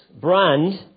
Brand